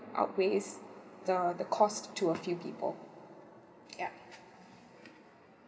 outweighs the the cost to a few people ya